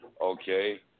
Okay